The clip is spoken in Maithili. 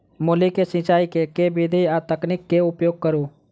मूली केँ सिचाई केँ के विधि आ तकनीक केँ उपयोग करू?